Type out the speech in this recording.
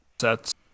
sets